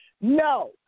No